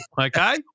okay